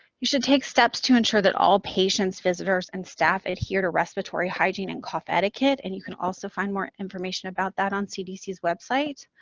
you should take steps to ensure that all patients, visitors, and staff adhere to respiratory hygiene and cough etiquette, and you can also find more information about that on cdc's website.